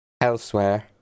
elsewhere